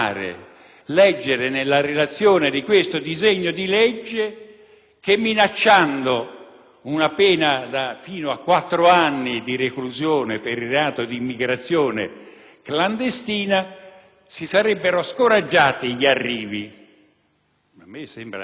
una pena fino a quattro anni di reclusione per il reato di immigrazione clandestina si sarebbero scoraggiati gli arrivi. Mi sembra un *déjà vu*, come del resto è stato anche con la legge Bossi-Fini.